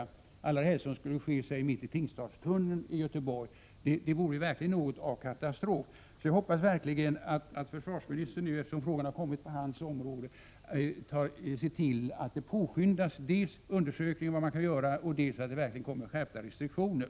Om något sådant här skulle ske mitt i Tingstadtunneln i Göteborg vore det något av en katastrof. Jag hoppas verkligen att försvarsministern nu, eftersom frågan har förts till hans område, ser till att arbetet påskyndas och att man dels undersöker vad som kan göras, dels ser till att det införs skärpta restriktioner.